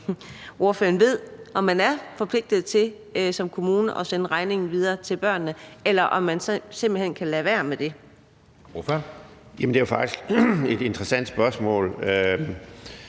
ved, om man som kommune er forpligtet til at sende regningen videre til børnene, eller om man simpelt hen kan lade være med det. Kl. 13:23 Anden næstformand